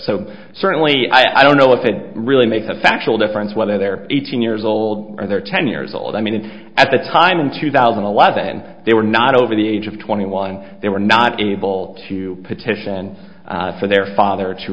so certainly i don't know if it really makes a factual difference whether they're eighteen years old or they're ten years old i mean at the time in two thousand and eleven and they were not over the age of twenty one they were not able to petition for their father to